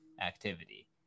activity